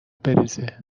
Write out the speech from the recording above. بریزه